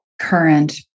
current